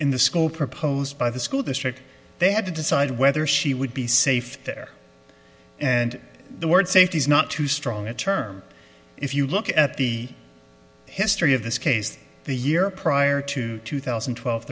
in the school proposed by the school district they had to decide whether she would be safe there and the word safety is not too strong a term if you look at the history of this case the year prior to two thousand and twelve